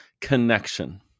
connection